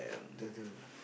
the the